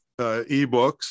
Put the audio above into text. ebooks